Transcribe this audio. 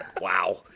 Wow